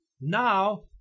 Now